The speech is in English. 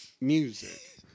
Music